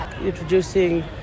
introducing